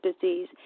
disease